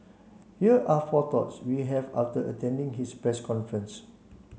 here are four thoughts we have after attending his press conference